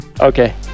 Okay